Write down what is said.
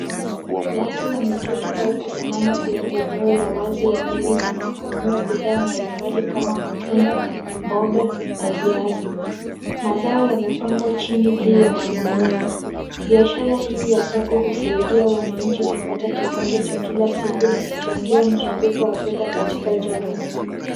Watu wameketi au kusimama kwenye eneo la wazi wakiuza na kununua bidhaa mbalimbali kama matunda, mboga na viazi. Mazao yamepangwa chini juu ya gunia, biashara hii ya soko husaidia wananchi kupata kipato cha kila siku na kuchangia mzunguko wa fedha katika jamii.